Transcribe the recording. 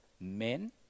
men